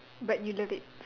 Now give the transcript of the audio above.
but you love it